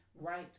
right